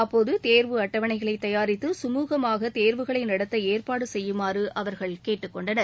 அப்போது தேர்வு அட்டவணைகளை தயாரித்து கமூகமாக தேர்வுகளை நடத்த ஏற்பாடு செய்யுமாறு அவர்கள் கேட்டுக்கொண்டனர்